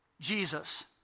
Jesus